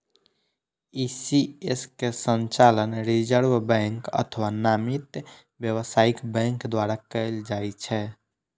ECS के संचालन reserve bank अथवा नामित व्यावसायिक बैंक द्वारा कैल जाइ छै